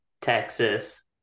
Texas